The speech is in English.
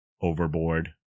overboard